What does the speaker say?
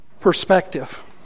perspective